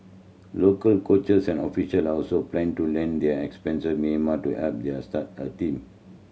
local coaches and official are also plan to lend their to Myanmar to help them start a team